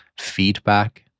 feedback